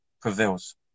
prevails